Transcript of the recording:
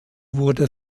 wurde